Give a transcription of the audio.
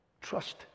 trust